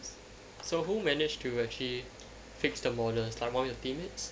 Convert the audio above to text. so who managed to actually fix the models like one of your teammates